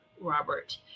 robert